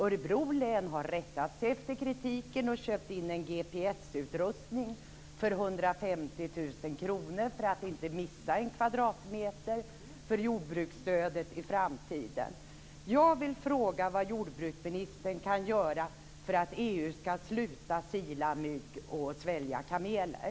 Örebro län har rättat sig efter kritiken och köpt in en GPS-utrustning för 150 000 kr för att inte missa en kvadratmeter för jordbruksstödet i framtiden. Jag vill fråga vad jordbruksministern kan göra för att EU skall sluta sila mygg och svälja kameler.